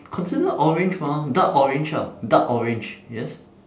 considered orange mah dark orange ah dark orange yes